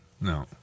no